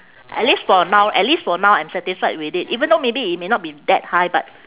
at least for now at least for now I'm satisfied with it even though maybe it may not be that high but